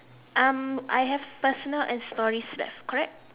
um I have personal and stories left correct